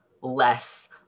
less